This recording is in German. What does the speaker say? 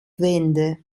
wende